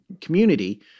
community